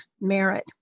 merit